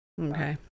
Okay